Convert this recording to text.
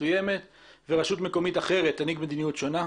מסוימת ורשות מקומית אחרת תנהיג מדיניות שונה.